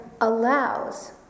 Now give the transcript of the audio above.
allows